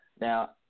Now